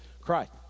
Christ